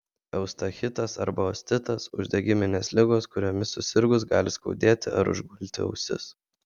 eustachitas arba ostitas uždegiminės ligos kuriomis susirgus gali skaudėti ar užgulti ausis